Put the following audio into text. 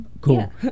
Cool